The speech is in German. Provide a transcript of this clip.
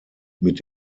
mit